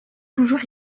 toujours